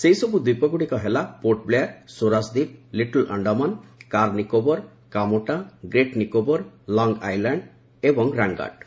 ସେହିସବୁ ଦ୍ୱୀପଗୁଡ଼ିକ ହେଲା Port Blair Swaraj Dweep little Andaman Car Nicobar Kamorta great Nicobar long island ଏବଂ ରାଙ୍ଗାଟ୍